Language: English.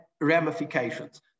ramifications